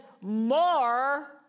more